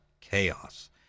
chaos